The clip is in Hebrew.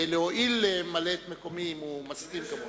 להואיל למלא את מקומי, אם הוא מסכים.